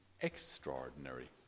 extraordinary